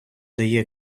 дає